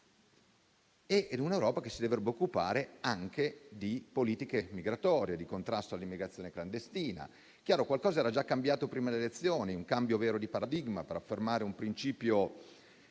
Europa dovrebbe occuparsi anche di politiche migratorie, di contrasto all'immigrazione clandestina. Qualcosa era già cambiato prima delle elezioni, con un cambio vero di paradigma per affermare un principio geografico